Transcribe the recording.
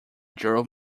drove